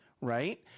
Right